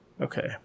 Okay